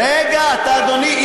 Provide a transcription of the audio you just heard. רגע, אדוני.